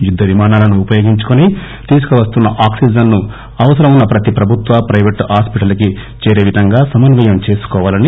యుద్ద విమానాలను ఉపయోగించి తీసుకువస్తున్న ఆక్పిజన్ ను అవసరం ఉన్న ప్రతి ప్రభుత్వ ప్లైవేట్ హాస్పిటల్ కి చేరేవిధంగా సమన్యయం చేసుకోవాలన్నారు